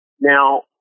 Now